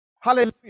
Hallelujah